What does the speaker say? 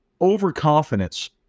overconfidence